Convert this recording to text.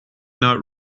not